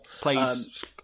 plays